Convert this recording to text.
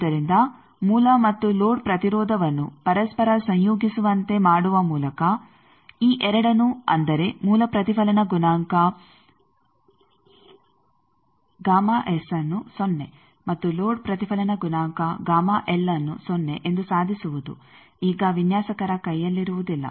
ಆದ್ದರಿಂದ ಮೂಲ ಮತ್ತು ಲೋಡ್ ಪ್ರತಿರೋಧವನ್ನು ಪರಸ್ಪರ ಸಂಯೋಗಿಸುವಂತೆ ಮಾಡುವ ಮೂಲಕ ಈ ಎರಡನ್ನು ಅಂದರೆ ಮೂಲ ಪ್ರತಿಫಲನ ಗುಣಾಂಕಅನ್ನು ಸೊನ್ನೆ ಮತ್ತು ಲೋಡ್ ಪ್ರತಿಫಲನ ಗುಣಾಂಕ ಅನ್ನು ಸೊನ್ನೆ ಎಂದು ಸಾಧಿಸುವುದು ಈಗ ವಿನ್ಯಾಸಕರ ಕೈಯಲ್ಲಿರುವುದಿಲ್ಲ